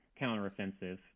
counteroffensive